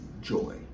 joy